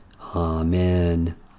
Amen